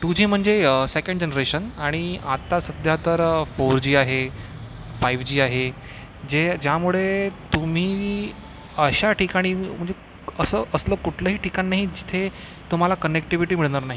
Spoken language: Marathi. टू जी म्हणजे सेकंड जनरेशन आणि आता सध्या तर फोर जी आहे फाईव्ह जी आहे जे ज्यामुळे तुम्ही अशा ठिकाणी म्हणजे असं असलं कुठलंही ठिकाण नाही जिकडे तुम्हाला कनेक्टीव्हिटी मिळणार नाही